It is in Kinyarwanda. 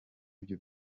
ibyo